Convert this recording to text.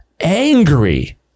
angry